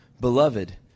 Beloved